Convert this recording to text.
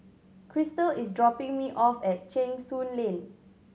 Krystle is dropping me off at Cheng Soon Lane